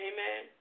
Amen